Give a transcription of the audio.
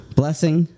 blessing